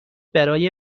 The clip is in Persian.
برای